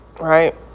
right